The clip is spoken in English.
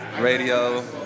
radio